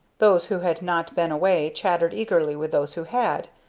those who had not been away chattered eagerly with those who had,